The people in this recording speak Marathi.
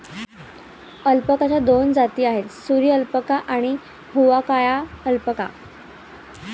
अल्पाकाच्या दोन जाती आहेत, सुरी अल्पाका आणि हुआकाया अल्पाका